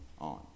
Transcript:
on